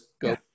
go